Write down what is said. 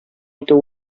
итү